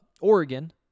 Oregon